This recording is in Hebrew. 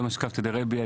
יום אשכבתא דרבי.